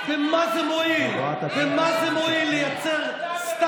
אף אחד לא יטיף, אף אחד לא יטיף לנו.